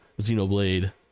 Xenoblade